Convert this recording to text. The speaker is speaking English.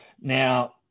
Now